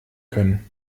können